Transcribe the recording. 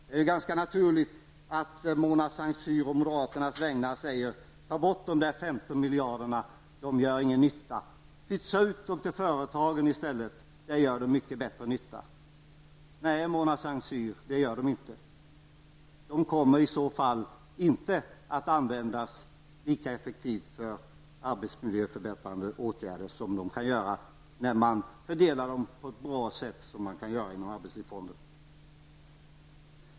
Det är ganska naturligt att Mona Saint Cyr å moderaternas vägnar vill ta bort 15 miljarder kronor. De gör, menar hon, ingen nytta utan bör pytsas ut till företagen där de antas göra mycket större nytta. Nej, Mona Saint Cyr, det gör de inte. Pengarna kommer i så fall inte att användas lika effektivt för arbetsmiljöförbättrande åtgärder som om de fördelas på ett bra sätt inom arbetslivsfonden.